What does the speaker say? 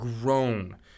grown